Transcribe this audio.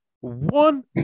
one